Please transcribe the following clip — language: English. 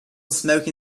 smoking